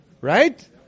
Right